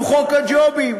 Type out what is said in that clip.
הוא חוק הג'ובים,